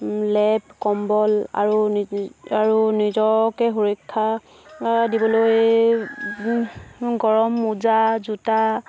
লেপ কম্বল আৰু আৰু নিজকে সুৰক্ষা দিবলৈ গৰম মোজা জোতা